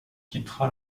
quittera